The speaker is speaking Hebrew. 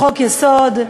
לחוק-יסוד: